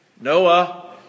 Noah